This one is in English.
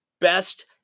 best